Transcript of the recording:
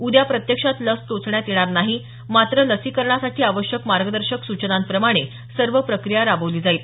उद्या प्रत्यक्षात लस टोचण्यात येणार नाही मात्र लसीकरणासाठी आवश्यक मार्गदर्शक सूचनांप्रमाणे सर्व प्रक्रिया राबवली जाईल